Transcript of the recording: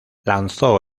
lanzó